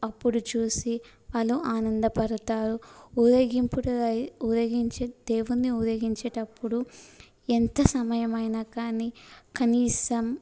అప్పుడు చూసి వాళ్ళు ఆనందపడతారు ఊరేగింపుడు ఊరేగించి దేవుణ్ణి ఊరేగించేటప్పుడు ఎంత సమయం అయినా కానీ కనీసం